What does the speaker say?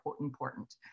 important